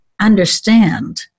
understand